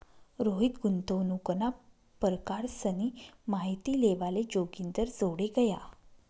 रोहित गुंतवणूकना परकारसनी माहिती लेवाले जोगिंदरजोडे गया